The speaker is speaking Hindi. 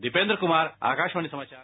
दीपेन्द्र कुमार आकाशवाणी समाचार